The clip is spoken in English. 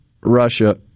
Russia